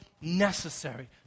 necessary